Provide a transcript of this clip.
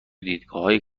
دیدگاههای